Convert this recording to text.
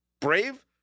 Brave